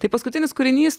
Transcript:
tai paskutinis kūrinys